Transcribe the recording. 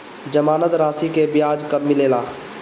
जमानद राशी के ब्याज कब मिले ला?